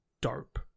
Dope